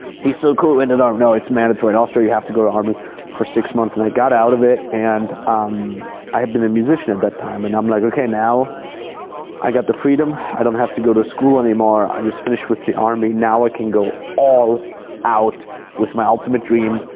he's so cool, went into the army. no, it's mandatory in austria. you have to go to army for six months. and i got out of it and um i had been a musician at that time. and i'm like, okay, now i got the freedom, i don't have to go to school anymore, i just finished with the army. now i can go all out with my ultimate dream